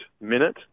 minute